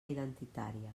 identitària